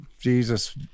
Jesus